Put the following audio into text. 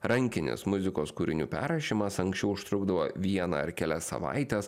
rankinis muzikos kūrinių perrašymas anksčiau užtrukdavo vieną ar kelias savaites